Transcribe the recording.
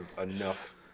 enough